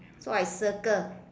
so I circle